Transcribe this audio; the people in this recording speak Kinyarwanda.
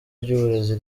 ry’uburezi